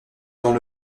dans